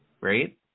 right